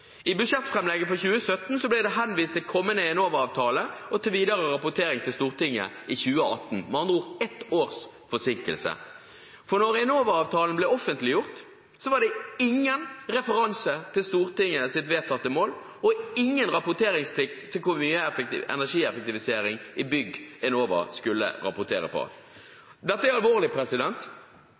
I budsjettframlegget for 2017 ble det henvist til kommende Enova-avtale og til videre rapportering til Stortinget i 2018, med andre ord ett års forsinkelse. Da Enova-avtalen ble offentliggjort, var den ingen referanse til Stortingets vedtatte mål og ingen rapporteringsplikt for hvor mye energieffektivisering i bygg Enova skulle rapportere på. Dette er alvorlig,